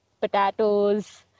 potatoes